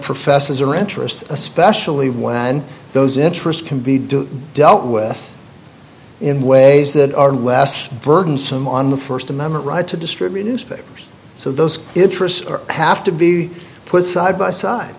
professes or interests especially when those interests can be do dealt with in ways that are less burdensome on the first amendment right to distribute newspapers so those interests have to be put side by side